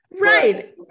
Right